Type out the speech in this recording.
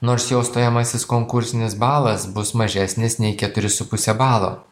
nors jo stojamasis konkursinis balas bus mažesnis nei keturi su puse balo